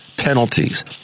penalties